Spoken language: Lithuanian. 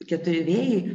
keturi vėjai